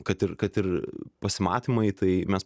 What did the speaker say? kad ir kad ir pasimatymai tai mes